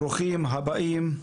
ברוכים הבאים.